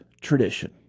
tradition